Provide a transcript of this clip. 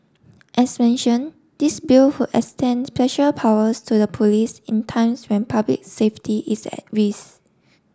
as mentioned this Bill would extend special powers to the police in times when public safety is at risk